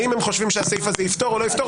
האם הם חושבים שהסעיף הזה יפתור או לא יפתור.